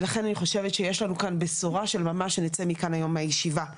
ולכן אני חושבת שיש לנו כאן בשורה של ממש שנצא מכאן היום מהישיבה.